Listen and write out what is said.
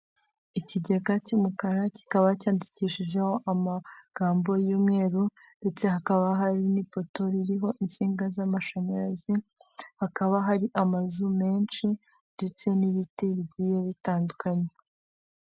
Ikigega cy'umukara kikaba cyandikishijeho amagambo y'umweru ndetse hakaba hari n'ipoto ririho insinga z'amashanyarazi, hakaba hari amazu menshi ndetse n'ibiti bigiye bitandukanye.